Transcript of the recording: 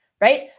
right